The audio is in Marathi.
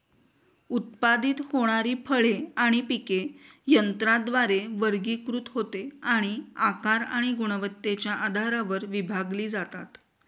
उत्पादित होणारी फळे आणि पिके यंत्राद्वारे वर्गीकृत होते आणि आकार आणि गुणवत्तेच्या आधारावर विभागली जातात